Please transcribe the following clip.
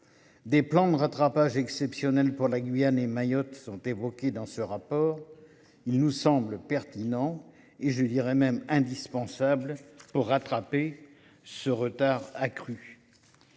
Des plans de rattrapage exceptionnel pour la Guyane et Mayotte sont évoqués dans ce rapport. Il nous semble pertinent et je dirai même indispensables pour rattraper ce retard accru.